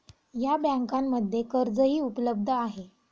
या बँकांमध्ये कर्जही उपलब्ध आहे